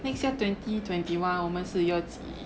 next year twenty twenty one 我们是 year 几